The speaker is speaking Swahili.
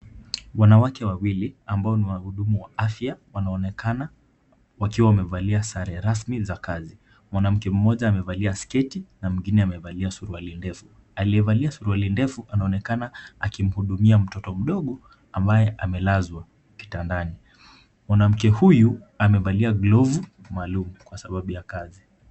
Wanawake wawili ambao ni wahudumu wa afya wanaonekana wakiwa wamevalia sare rasmi za kazi. Mwanamke mmoja amevalia sketi na mwingine amevalia suruali ndefu. Aliyevalia suruali ndefu anaonekana akimhudumia mtoto mdogo ambaye amelazwa kitandani. Mwanamke huyu amevalia glovu maalum kwa sababu ya kazi.